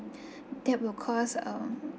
that will cost um